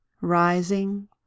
rising